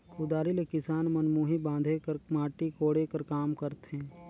कुदारी ले किसान मन मुही बांधे कर, माटी कोड़े कर काम करथे